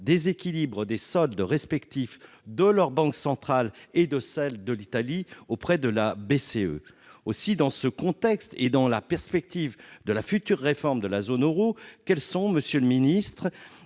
déséquilibre des soldes respectif de leur banque centrale et de celle de l'Italie auprès de la BCE aussi dans ce contexte et dans la perspective de la future réforme de la zone Euro, quelles sont, monsieur le ministre,